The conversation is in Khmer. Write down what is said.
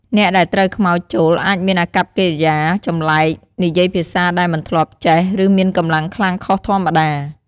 អ្នកដែលត្រូវខ្មោចចូលអាចមានអាកប្បកិរិយាចម្លែក និយាយភាសាដែលមិនធ្លាប់ចេះ ឬមានកម្លាំងខ្លាំងខុសធម្មតា។